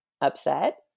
upset